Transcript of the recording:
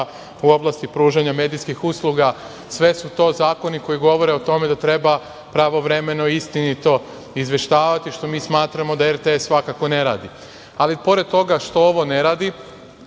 u oblasti pružanja medijskih usluga. Sve su to zakoni koji govore o tome da treba pravovremeno i istinito izveštavati, što mi smatramo da RTS svakako ne radi. Pored toga što ovo ne radi,